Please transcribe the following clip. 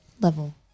level